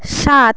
সাত